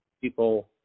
people